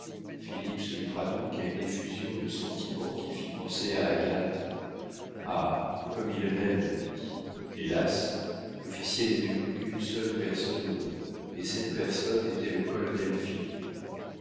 se livra donc à une effusion de sentiments qui fit penser à agathe ah comme il m'aime lui hélas l'officier n'aimait plus qu'une seule personne au monde et cette personne était le colonel